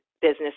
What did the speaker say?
business